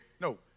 No